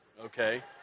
okay